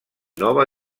nova